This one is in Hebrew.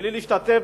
בלי להשתתף